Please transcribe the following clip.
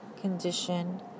condition